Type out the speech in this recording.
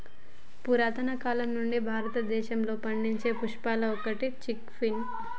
పురతన కాలం నుండి భారతదేశంలో పండించే పప్పులలో ఒకటి చిక్ పీస్